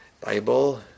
Bible